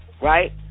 right